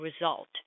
result